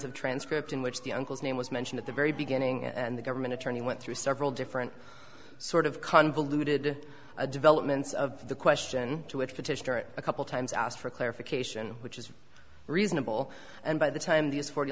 of transcript in which the uncle's name was mentioned at the very beginning and the government attorney went through several different sort of convoluted developments of the question to which petition a couple times asked for clarification which is reasonable and by the time these forty